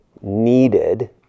needed